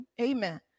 amen